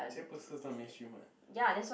Jack-Purcell not mainstream what